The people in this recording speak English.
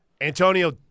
Antonio